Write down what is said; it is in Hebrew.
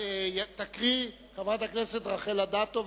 תקריא אותה חברת הכנסת רחל אדטו.